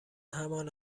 همان